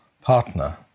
partner